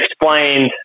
explained